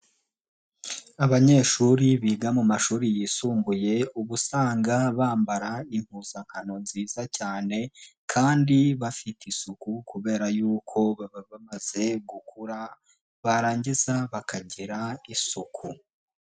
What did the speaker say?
Abanyeshuri biga mu mashuri yisumbuye uba usanga bambara impuzankano nziza cyane, kandi bafite isuku kubera yuko baba bamaze gukura, barangiza bakagira isuku.